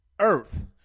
earth